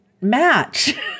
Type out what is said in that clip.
match